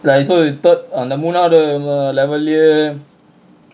like so the third அந்த மூணாவது:antha moonavathu level lah ya